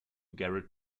garrett